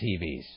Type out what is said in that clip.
TVs